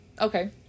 Okay